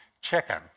chicken